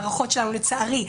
לצערי,